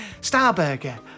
Starburger